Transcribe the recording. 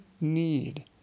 need